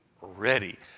ready